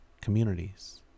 communities